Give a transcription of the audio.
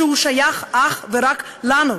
ששייך אך ורק לנו.